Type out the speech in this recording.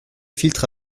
filtre